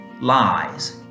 lies